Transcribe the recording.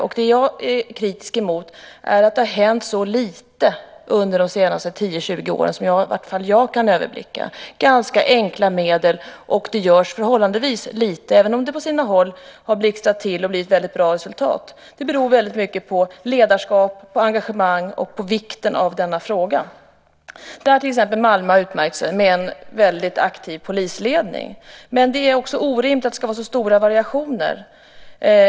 Jag är kritisk emot att det under de senaste 10-20 åren, åtminstone såvitt jag kan överblicka, har gjorts så lite med enkla medel. Det görs förhållandevis lite, även om det på sina håll har blixtrat till och blivit väldigt bra resultat. Väldigt mycket beror på ledarskap och engagemang och på den vikt som tillmäts denna fråga. Malmö har till exempel utmärkt sig med en väldigt aktiv polisledning. Det är också orimligt att det ska vara så stora variationer.